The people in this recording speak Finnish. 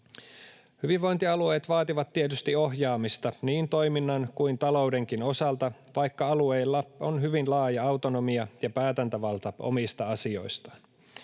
Hyvinvointialueet vaativat tietysti ohjaamista niin toiminnan kuin taloudenkin osalta, vaikka alueilla on hyvin laaja autonomia ja päätäntävalta omista asioistaan.